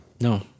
No